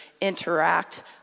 interact